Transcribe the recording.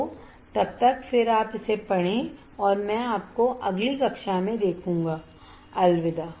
तो तब तक फिर आप इसे पढ़ें और मैं आपको अगली कक्षा में देखूंगा अलविदा